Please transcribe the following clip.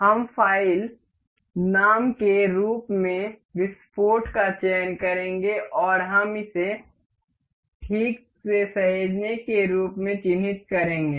हम फ़ाइल नाम के रूप में विस्फोट का चयन करेंगे और हम इसे ठीक सहेजने के रूप में चिह्नित करेंगे